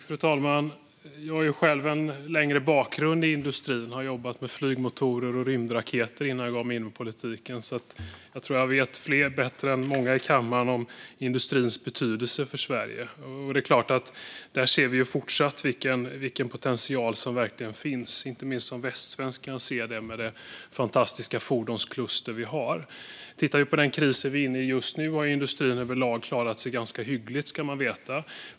Fru talman! Jag har själv en längre bakgrund i industrin och jobbade med flygmotorer och rymdraketer innan jag gav mig in i politiken, så jag tror att jag vet bättre än många i kammaren att industrin har betydelse för Sverige. Där ser vi fortfarande vilken potential som verkligen finns. Inte minst som västsvensk kan jag se detta, med tanke på det fantastiska fordonskluster som vi har där. Sett till den kris som vi är inne i just nu har industrin överlag klarat sig ganska hyggligt. Det ska man veta.